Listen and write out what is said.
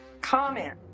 Comment